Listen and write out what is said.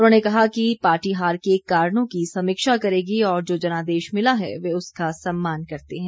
उन्होंने कहा कि पार्टी हार के कारणों की समीक्षा करेगी और जो जनादेश मिला है वे उसका सम्मान करते है